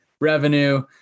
revenue